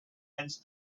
hence